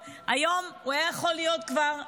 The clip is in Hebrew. היום הוא היה יכול להיות כבר,